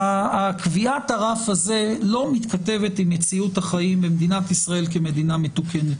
קביעת הרף הזאת לא מתכתבת עם מציאות החיים במדינת ישראל כמדינה מתוקנת.